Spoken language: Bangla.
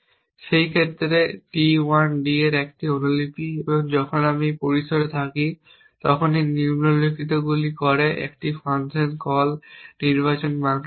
এই ক্ষেত্রে d 1 d এর একটি অনুলিপি এবং যখন আমি এই পরিসরে থাকি তখন এটি নিম্নলিখিতগুলি করে এটি ফাংশন কল নির্বাচন মানকে কল করে